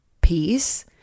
peace